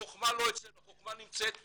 החכמה לא אצלנו, החכמה נמצאת שם,